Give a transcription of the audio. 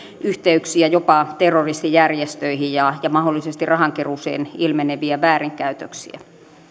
yhteyksiä jopa terroristijärjestöihin ja ja mahdollisesti rahankeruuseen ilmeneviä väärinkäytöksiä